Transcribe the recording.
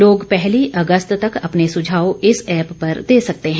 लोग पहली अगस्त तक अपने सुझाव इस एप्प पर दे सकते हैं